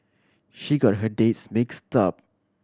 she got her dates mixed up